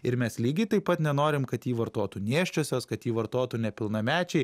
ir mes lygiai taip pat nenorim kad jį vartotų nėščiosios kad jį vartotų nepilnamečiai